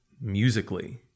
musically